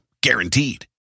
Guaranteed